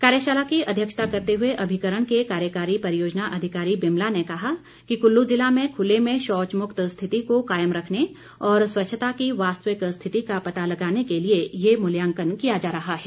कार्यशाला की अध्यक्षता करते हुए अभिकरण के कार्यकारी परियोजना अधिकारी बिमला ने कहा कि कुल्लू ज़िला में खुले में शौच मुक्त स्थिति को कायम रखने और स्वच्छता की वास्तविक स्थिति का पता लगाने के लिए ये मूल्यांकन किया जा रहा है